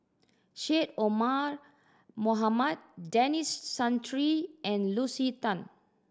Syed Omar Mohamed Denis Santry and Lucy Tan